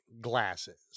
glasses